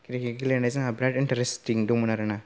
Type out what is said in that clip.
cricket गेलेनाय जोंहा बिरात इन्टारेस्ट दंमोन आरोना